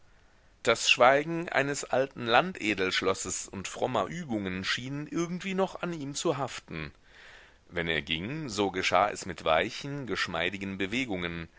das schweigen eines alten landedelschlosses und frommer übungen schien irgendwie noch an ihm zu haften wenn er ging so geschah es mit weichen geschmeidigen bewegungen